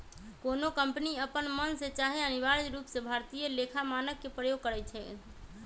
कोनो कंपनी अप्पन मन से चाहे अनिवार्य रूप से भारतीय लेखा मानक के प्रयोग कर सकइ छै